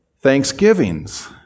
Thanksgivings